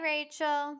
Rachel